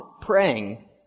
praying